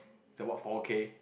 that's what four K